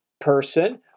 person